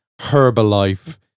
Herbalife